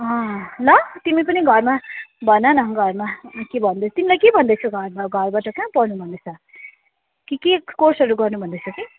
अँ ल तिमी पनि घरमा भन न घरमा के भन्दा तिमीलाई के भन्दै थियो घरमा घरबाट कहाँ पढ्नु भन्दैछ कि के कोर्सहरू गर्नु भन्दैछ कि